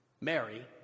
Mary